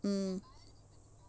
mm